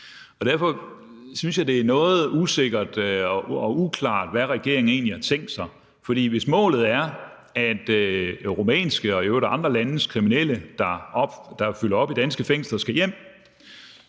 og derfor synes jeg, det er noget usikkert og uklart, hvad regeringen egentlig har tænkt sig, fordi hvis målet er, af rumænske og i øvrigt andre landes kriminelle, der fylder op i danske fængsler, skal hjem,